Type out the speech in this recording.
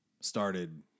started